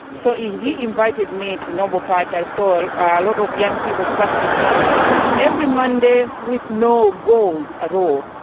so he he invited me to noble park, i saw a lot of young people practicing every monday with no goals at all.